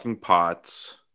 pots